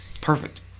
perfect